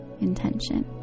intention